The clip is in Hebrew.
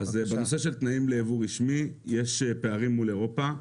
בנושא של תנאים ליבוא רשמי יש פערים מול אירופה.